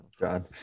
God